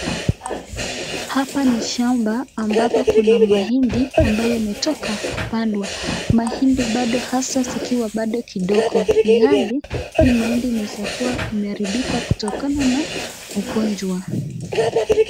Hapa ni shamba ambapo kuna mahindi ambayo imetoka kupandwa mahindi bado haswa zikiwa bado ni ndogo ilhali hii mahindi inaeza kuwa imeharibika kutokana na ugonjwa.